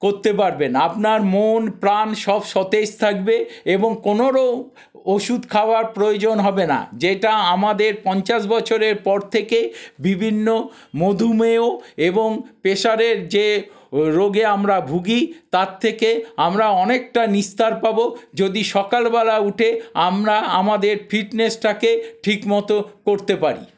করতে পারবেন আপনার মন প্রাণ সব সতেজ থাকবে এবং কোনোরূপ ওষুধ খাওয়ার প্রয়োজন হবে না যেটা আমাদের পঞ্চাশ বছরের পর থেকে বিভিন্ন মধুমেহ এবং প্রেসারের যে রোগে আমরা ভুগি তার থেকে আমরা অনেকটা নিস্তার পাবো যদি সকালবেলা উঠে আমরা আমাদের ফিটনেসটাকে ঠিক মতো করতে পারি